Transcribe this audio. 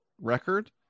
record